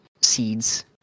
seeds